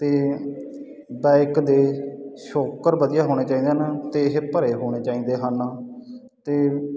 ਤੇ ਬਾਈਕ ਦੇ ਛੋਕਰ ਵਧੀਆ ਹੋਣੇ ਚਾਹੀਦੇ ਹਨ ਤੇ ਇਹ ਭਰੇ ਹੋਣੇ ਚਾਹੀਦੇ ਹਨ ਤੇ